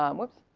um whoops.